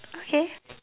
okay